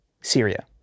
Syria